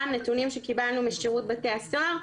גם נתונים שקיבלנו משירות בתי הסוהר.